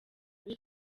ubu